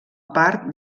part